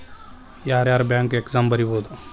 ಯಾರ್ಯಾರ್ bank exam ಬರಿಬೋದು